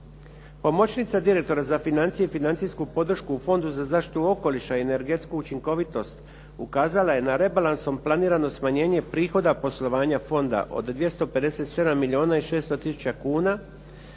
Pomoćnica direktora za financije i financijsku podršku u Fondu za zaštitu okoliša i energetsku učinkovitost ukazala je na rebalansom planirano smanjenje prihoda poslovanja fonda od 257 milijuna i 600 tisuća kuna,